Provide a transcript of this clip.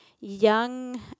young